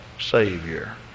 Savior